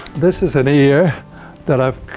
this is an yeah that i've,